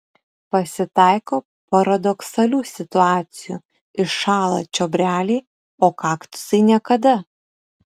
pasitaiko paradoksalių situacijų iššąla čiobreliai o kaktusai niekada